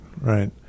right